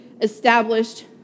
established